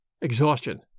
exhaustion